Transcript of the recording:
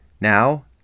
Now